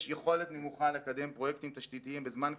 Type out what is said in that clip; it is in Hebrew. יש יכולת נמוכה לקדם פרויקטים תשתיתיים בזמן קצר,